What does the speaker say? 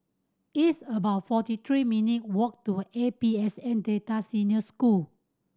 it's about forty three minute walk to A P S N Delta Senior School